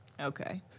Okay